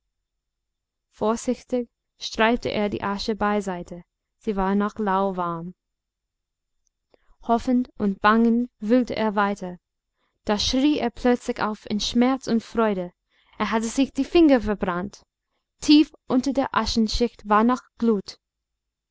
vorsichtig streifte er die asche beiseite sie war noch lauwarm hoffend und bangend wühlte er weiter da schrie er plötzlich auf in schmerz und freude er hatte sich die finger verbrannt tief unter der aschenschicht war noch glut